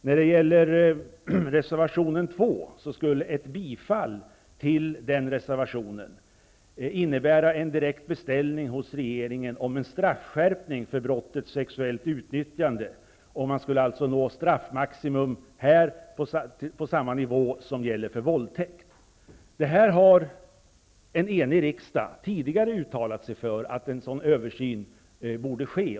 När det gäller reservation 2, skulle ett bifall direkt innebära en beställning hos regeringen av en straffskärpning för brottet sexuellt utnyttjande. Straffmaximum för sexuellt utnyttjande skulle alltså nå samma nivå som för våldtäkt. En enig riksdag har tidigare uttalat sig för att en översyn borde ske.